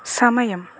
సమయం